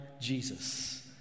Jesus